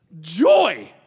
Joy